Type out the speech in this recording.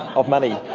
of money.